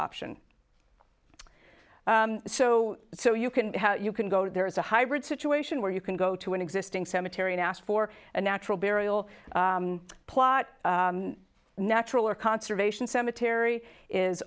option so so you can you can go there is a hybrid situation where you can go to an existing cemetery and ask for a natural burial plot natural or conservation cemetery is